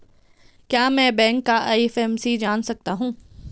क्या मैं बैंक का आई.एफ.एम.सी जान सकता हूँ?